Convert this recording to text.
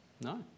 No